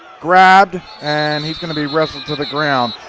grabbed and he's going to be wrestled to the ground.